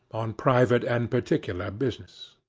on private and particular business.